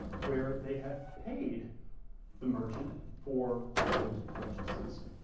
where they have paid the merchant for those purchases.